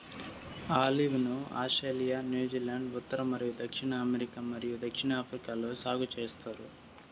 olive ను Australia, New Zealand, ఉత్తర మరియు దక్షిణ అమెరికా మరియు దక్షిణాఫ్రికాలో సాగు చేస్తారు